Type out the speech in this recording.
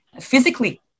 physically